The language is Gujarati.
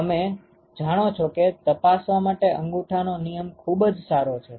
તમે જાણો છો કે તપાસવા માટે અંગુઠાનો નિયમ ખુબ જ સારો છે